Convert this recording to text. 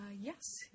Yes